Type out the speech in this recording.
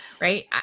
right